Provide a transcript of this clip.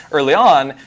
early on,